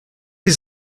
les